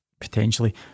potentially